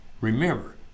remember